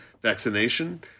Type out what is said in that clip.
vaccination